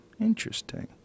Interesting